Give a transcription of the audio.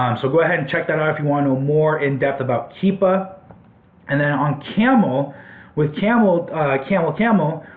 um so go ahead and check that out if you want to know more in depth about keepa and then on camel with camel camel camel,